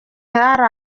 hari